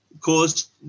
caused